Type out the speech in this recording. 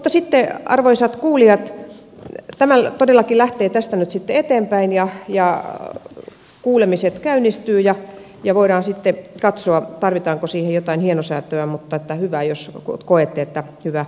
mutta sitten arvoisat kuulijat tämä todellakin lähtee tästä nyt eteenpäin ja kuulemiset käynnistyvät ja voidaan sitten katsoa tarvitaanko siihen jotain hienosäätöä mutta hyvä jos koette että tämä on hyvä esitys